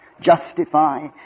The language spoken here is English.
justify